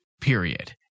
period